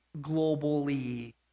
globally